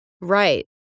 Right